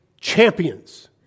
champions